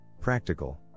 practical